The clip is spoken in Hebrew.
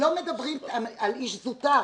לא מדברים על איש זוטר,